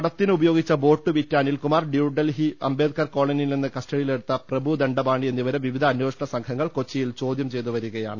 കടത്തിന് ഉപയോഗിച്ച ബോട്ടുവിറ്റ അനിൽകുമാർ ന്യൂഡൽഹി അംബേദ്കർ കോളനിയിൽ നിന്ന് കസ്റ്റഡിയിലെടുത്ത പ്രഭു ദണ്ഡ പാണി എന്നിവരെ വിവിധ അന്വേഷണ സംഘങ്ങൾ കൊച്ചിയിൽ ചോദ്യം ചെയ്തുവരികയാണ്